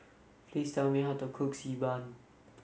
please tell me how to cook Xi Ban